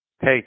Hey